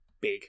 big